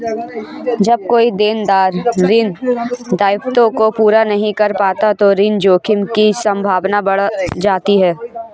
जब कोई देनदार ऋण दायित्वों को पूरा नहीं कर पाता तो ऋण जोखिम की संभावना बढ़ जाती है